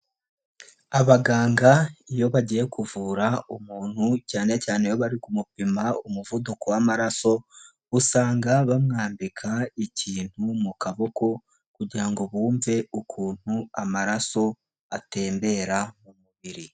Abaganga iyo bagiye kuvura umuntu cyane cyane iyo bari kumupima umuvuduko w'amaraso, usanga bamwambika ikintu mu kaboko, kugira ngo bumve ukuntu amaraso atembera mu mubiri.